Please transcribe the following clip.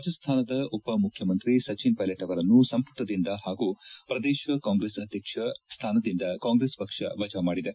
ರಾಜಸ್ಥಾನದ ಉಪಮುಖ್ಖಮಂತ್ರಿ ಸಚಿನ್ ಪೈಲೇಟ್ ಅವರನ್ನು ಸಂಪುಟದಿಂದ ಹಾಗೂ ಪ್ರದೇಶ್ ಕಾಂಗ್ರೆಸ್ ಅಧ್ಯಕ್ಷ ಸ್ಥಾನದಿಂದ ಕಾಂಗ್ರೆಸ್ ಪಕ್ಷ ವಜಾಮಾಡಿದೆ